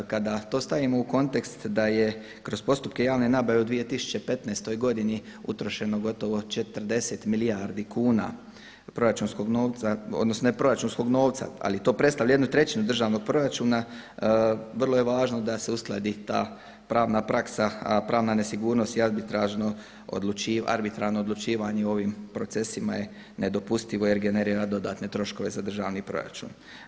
Kada to stavimo u kontekst da je kroz postupke javne nabave u 2015. godini utrošeno gotovo 40 milijardi kuna proračunskog novca odnosno ne proračunskog novca, ali to predstavlja 1/3 državnog proračuna, vrlo je važno da se uskladi ta pravna praksa, a pravna nesigurnost i arbitrarno odlučivanje o ovim procesima je nedopustivo jer generira dodatne troškove za državni proračun.